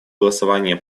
голосования